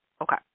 Okay